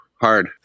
hard